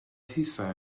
hithau